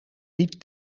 wiet